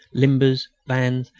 limbers, vans,